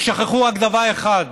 הם שכחו רק דבר אחד: